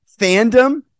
fandom